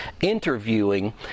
interviewing